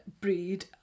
breed